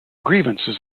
grievances